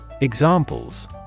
Examples